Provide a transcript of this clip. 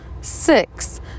Six